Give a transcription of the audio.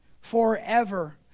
forever